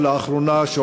ולאחרונה הוא הכין דוח,